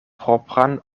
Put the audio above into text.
propran